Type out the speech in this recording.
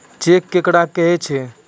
Cheque केकरा कहै छै?